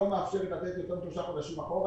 לא מאפשרת יותר משלושה חודשים אחורה.